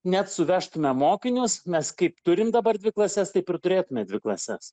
net suvežtumėm mokinius mes kaip turim dabar dvi klases taip ir turėtume dvi klases